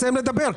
תסיים לדבר.